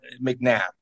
McNabb